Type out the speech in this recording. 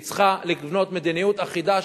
היא צריכה לבנות מדיניות אחידה,